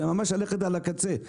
זה ממש ללכת על הקצה,